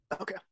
okay